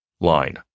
line